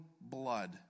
blood